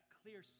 clear